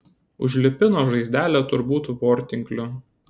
užlipino žaizdelę turbūt vortinkliu